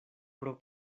pro